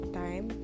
time